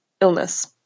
illness